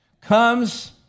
comes